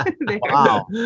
Wow